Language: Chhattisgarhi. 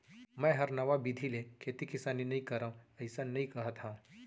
मैं हर नवा बिधि ले खेती किसानी नइ करव अइसन नइ कहत हँव